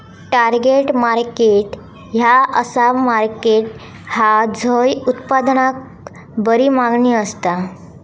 target market ह्या असा market हा झय उत्पादनाक बरी मागणी असता